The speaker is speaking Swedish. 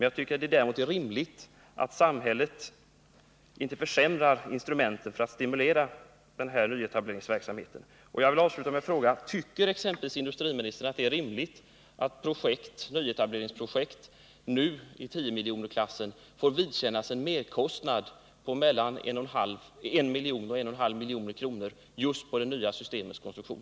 Jag tycker däremot att det är rimligt att begära att samhället inte försämrar instrumenten för att stimulera nyetableringsverksamheten. Jag vill avsluta med att fråga: Tycker industriministern att det är rimligt att exempelvis ett nyetableringsprojekt som nu ligger i 10-miljonersklassen får vidkännas en merkostnad på mellan 1 och 1,5 miljoner på grund av det nya systemets konstruktion?